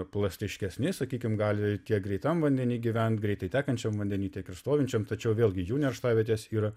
plastiškesni sakykim gali tiek greitam vandeny gyvent greitai tekančiam vandeny tiek ir stovinčiam tačiau vėlgi jų nerštavietės yra